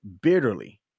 bitterly